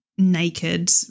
naked